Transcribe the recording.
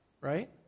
right